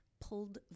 pulled